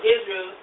Israel